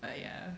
but yeah